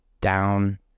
down